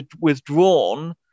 withdrawn